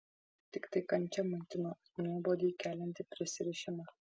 tiktai kančia maitino nuobodį keliantį prisirišimą